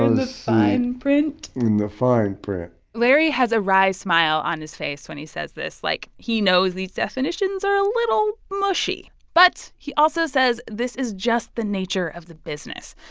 in the fine print in the fine print larry has a wry smile on his face when he says this like he knows these definitions are a little mushy. but he also says this is just the nature of the business.